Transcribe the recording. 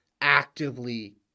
actively